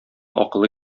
акылы